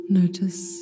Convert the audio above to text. notice